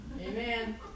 Amen